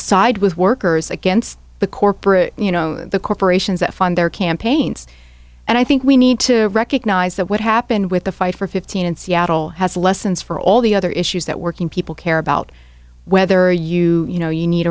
side with workers against the corporate you know the corporations that fund their campaigns and i think we need to recognize that what happened with the fight for fifteen in seattle has lessons for all the other issues that working people care about whether you you know you need